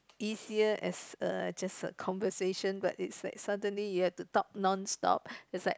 easier as a just a conversation but it's like suddenly you have to talk non stop it's like